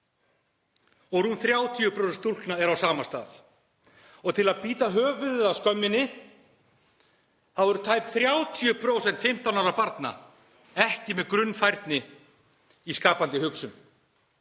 Rúm 30% stúlkna eru á sama stað. Og til að bíta höfuðið af skömminni þá voru tæp 30% 15 ára barna ekki með grunnfærni í skapandi hugsun,